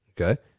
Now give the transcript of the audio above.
okay